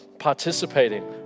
Participating